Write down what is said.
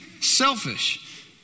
Selfish